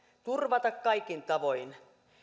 turvata kaikin tavoin